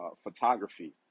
photography